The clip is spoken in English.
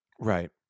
Right